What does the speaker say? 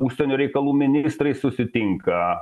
užsienio reikalų ministrai susitinka